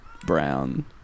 brown